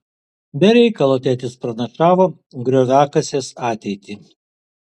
be reikalo tėtis pranašavo grioviakasės ateitį